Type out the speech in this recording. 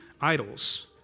idols